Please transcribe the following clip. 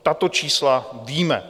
Tato čísla víme.